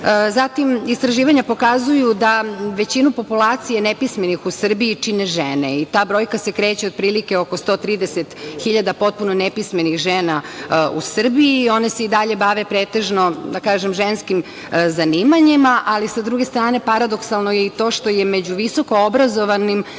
školom. Istraživanja pokazuju da većinu populacije nepismenih u Srbiji čine žene. Ta brojka se kreće otprilike oko 130 hiljada potpuno nepismenih žena u Srbiji. One se i dalje bave pretežno ženskim zanimanjima, ali, sa druge strane, paradoksalno je i to što su među visoko obrazovanim